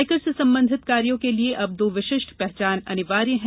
आयकर से संबंधित कार्यों के लिए अब दो विशिष्ट पहचान अनिवार्य हैं